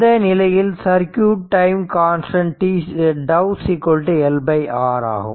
இந்த நிலையில் circuit time constant τ L R ஆகும்